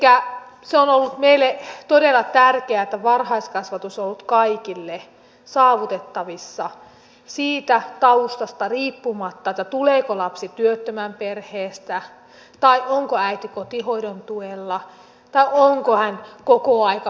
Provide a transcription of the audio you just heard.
elikkä se on ollut meille todella tärkeää että varhaiskasvatus on ollut kaikille saavutettavissa siitä taustasta riippumatta tuleeko lapsi työttömän perheestä vai onko äiti kotihoidon tuella vai onko hän kokoaikatyössä